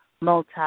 multi-